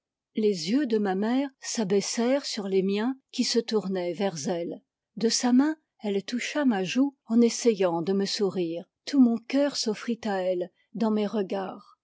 les yeux de ma mère s'abaissèrent sur les miens qui se tournaient vers elle de sa main elle toucha ma joue en essayant de me sourire tout mon cœur s'offrit à elle dans mes regards